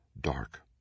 Dark